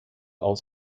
aus